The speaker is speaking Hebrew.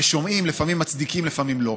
ושומעים, לפעמים מצדיקים, לפעמים לא.